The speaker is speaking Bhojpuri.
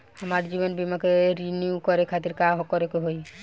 हमार जीवन बीमा के रिन्यू करे खातिर का करे के होई?